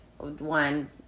One